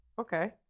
Okay